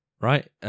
Right